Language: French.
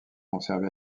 conservé